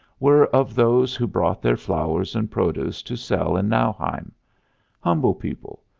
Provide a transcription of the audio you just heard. were of those who brought their flowers and produce to sell in nauheim humble people,